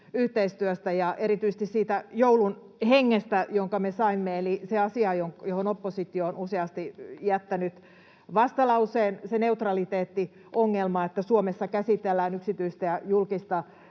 yhteistyöstä ja erityisesti siitä joulun hengestä, jonka me saimme asiassa, johon oppositio on useasti jättänyt vastalauseen, eli siinä neutraliteettiongelmassa, että Suomessa käsitellään yksityistä ja julkista